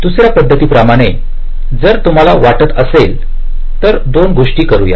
तर दुसऱ्या पद्धतीप्रमाणे जर तुम्हाला वाटत असेल तर दोन गोष्टी करूया